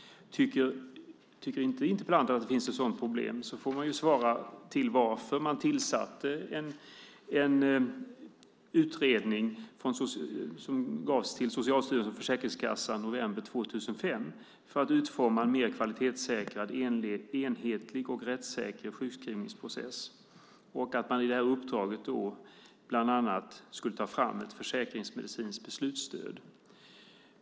Tycker inte interpellanten att det finns ett sådant problem får hon ju svara på varför man tillsatte en utredning, ett uppdrag som gavs Socialstyrelsen och Försäkringskassan i november 2005, för att utforma en mer kvalitetssäkrad, enhetlig och rättssäker sjukskrivningsprocess. I det här uppdraget skulle man bland annat ta fram ett försäkringsmedicinskt beslutsstöd.